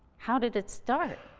how did it start?